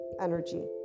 energy